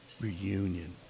Reunion